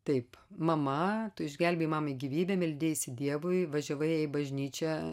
taip mama tu išgelbėjai mamai gyvybę meldeisi dievui važiavai į bažnyčią